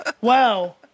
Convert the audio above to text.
Wow